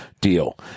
deal